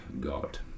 God